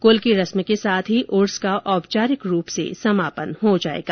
क्ल की रस्म के साथ ही उर्स का औपचारिक रूप से समापन हो जाएगा